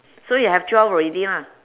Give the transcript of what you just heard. so you have twelve already lah